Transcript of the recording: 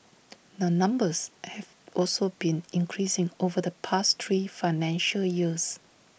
the numbers have also been increasing over the past three financial years